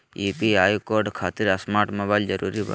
UPI code खातिर smart mobile जरूरी बा?